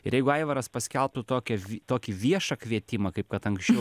ir jeigu aivaras paskelbtų tokį tokį viešą kvietimą kaip kad anksčiau